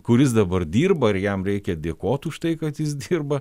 kuris dabar dirba ir jam reikia dėkot už tai kad jis dirba